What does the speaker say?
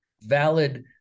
valid